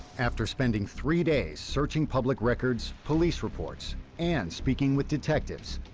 after spending three days searching public records, police reports, and speaking with detectives,